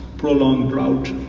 prolonged drought,